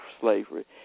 slavery